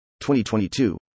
2022